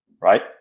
Right